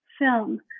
film